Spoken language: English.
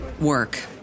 work